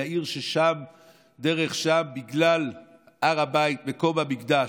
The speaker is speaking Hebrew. היא עיר שדרך שם, בגלל הר הבית, מקום המקדש,